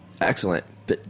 Excellent